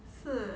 是